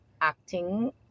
acting